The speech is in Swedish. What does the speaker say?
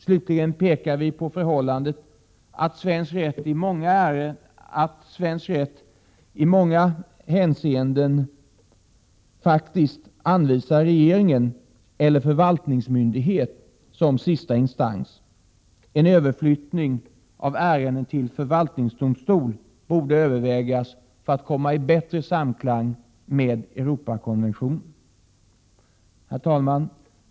Slutligen pekar vi på förhållandet att svensk rätt i många hänseenden faktiskt anvisar regeringen eller förvaltningsmyndighet som sista instans. En överflyttning av ärenden till förvaltningsdomstol bör därför övervägas för en bättre samklang med Europakonventionen. Herr talman!